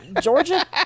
Georgia